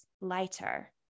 lighter